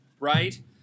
Right